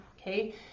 Okay